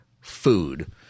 food –